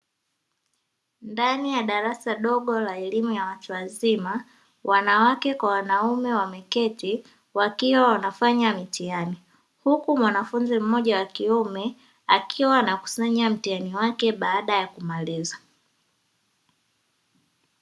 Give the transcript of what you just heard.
Ndani ya darasa dogo la elimu ya watu wazima wanawake kwa wanaume wameketi wakiwa wanafanya mitihani huku mwanafunzi mmoja wa kiume akiwa anakusanya mtihani wake baada ya kumaliza.